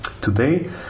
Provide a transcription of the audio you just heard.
Today